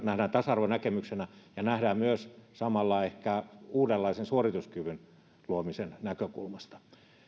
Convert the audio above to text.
nähdään tasa arvonäkemyksenä ja nähdään myös samalla ehkä uudenlaisen suorituskyvyn luomisen näkökulmasta